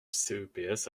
ceps